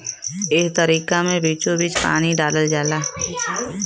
एह तरीका मे बीचोबीच पानी डालल जाला